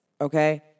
Okay